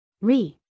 Re